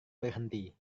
berhenti